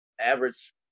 average